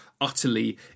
utterly